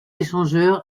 échangeur